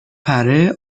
پره